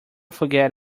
forget